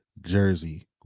jersey